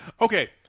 Okay